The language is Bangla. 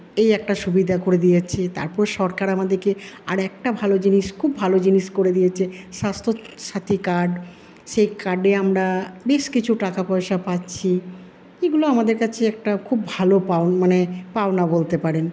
এই একটা সুবিধা করে দিয়েছে তারপর সরকার আমাদেরকে আরেকটা ভালো জিনিস খুব ভালো জিনিস করে দিয়েছে স্বাস্থ্যসাথী কার্ড সেই কার্ডে আমরা বেশ কিছু টাকা পয়সা পাচ্ছি এগুলো আমাদের কাছে একটা খুব ভালো পাওনা মানে পাওনা বলতে পারেন